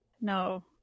No